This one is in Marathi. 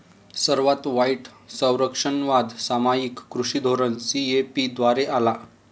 सर्वात वाईट संरक्षणवाद सामायिक कृषी धोरण सी.ए.पी द्वारे आला